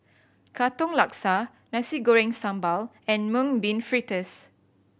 Katong Laksa Nasi Goreng Sambal and Mung Bean Fritters